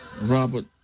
Robert